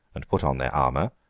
and put on their armour,